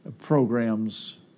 programs